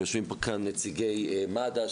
ויושבים כאן נציגי מד"א,